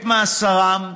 את מאסרם,